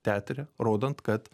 teatre rodant kad